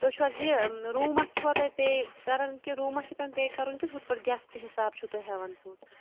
تُہُۍ چھِو حظ یہٕ روٗمَس چھِوا تُہُۍ پے کران کِنۍ روٗمَس چھ آسان پے کَرُن کِن گٮ۪سٹہٕ حِساب چھُ تُہُۍ ہیٚوان پونٛسہٕ